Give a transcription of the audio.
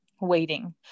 waiting